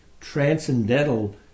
transcendental